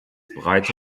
breite